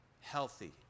healthy